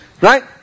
Right